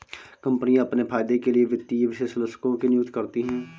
कम्पनियाँ अपने फायदे के लिए वित्तीय विश्लेषकों की नियुक्ति करती हैं